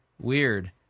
Weird